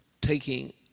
taking